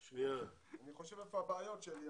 אני חושב איפה הבעיות שלי.